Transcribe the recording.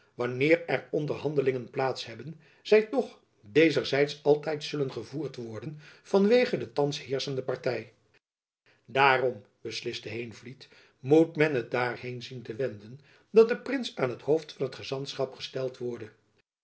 wanneer er onderhandelingen plaats hebben zy toch dezerzijds altijd zullen gevoerd worden van wege de thands heerschende party daarom besliste heenvliet moet men het daarheen zien te wenden dat de prins aan t hoofd van het gezantschap gesteld worde